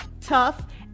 tough